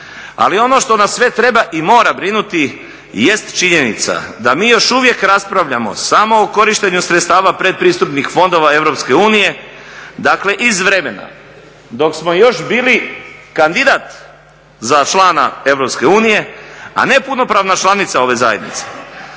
Ali ono što nas sve treba i mora brinuti jest činjenica da mi još uvijek raspravljamo samo o korištenju sredstava pretpristupnih fondova EU, dakle iz vremena dok smo još bili kandidat za člana EU a ne punopravna članica ove zajednice.